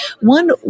One